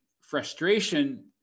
frustration